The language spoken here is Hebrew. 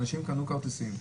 אנשים קנו כרטיסים,